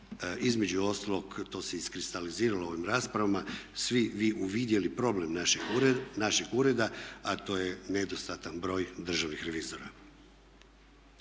između ostalog to se iskristaliziralo u ovim raspravama svi vi uvidjeli problem našeg ureda a to je nedostatan broj državnih revizora.